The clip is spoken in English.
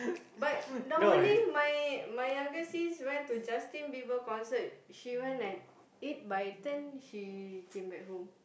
but normally my my younger sis went to Justin Bieber concert she went at eight by ten she came back home